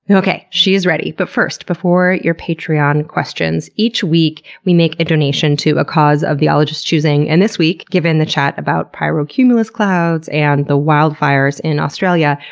and okay, she is ready. but first, before your patreon questions, each week we make a donation to a cause of the ologist's choosing. and this week, given the chat about pyrocumulus clouds and the wildfires in australia,